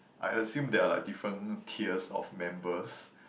I assume there are like different tiers of members